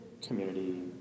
community